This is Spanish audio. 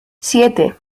siete